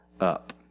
up